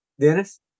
Dennis